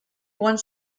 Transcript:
one